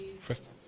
First